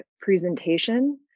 presentation